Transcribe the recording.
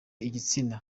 igitsina